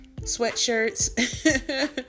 sweatshirts